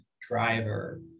driver